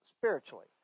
spiritually